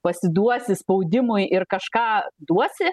pasiduosi spaudimui ir kažką duosi